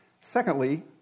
Secondly